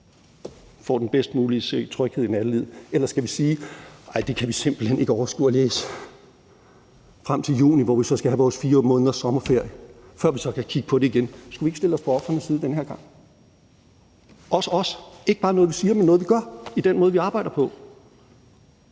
får den bedst mulige tryghed i nattelivet? Eller skal vi sige: Nej, vi kan simpelt hen ikke overskue at læse frem til juni, hvor vi så skal have vores 4 måneders sommerferie, før vi så kan kigge på det igen? Skulle vi ikke stille os på ofrenes side den her gang – også os – så det ikke bare er noget, vi siger, men noget, vi gør, i den måde, vi arbejder på?